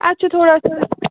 اَسہِ چھُ تھوڑا سا